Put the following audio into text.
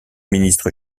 ministre